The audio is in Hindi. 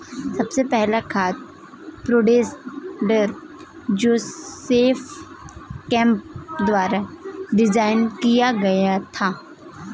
सबसे पहला खाद स्प्रेडर जोसेफ केम्प द्वारा डिजाइन किया गया था